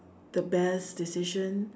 the best decision